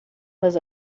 was